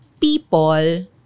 people